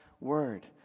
Word